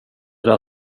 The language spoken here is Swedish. där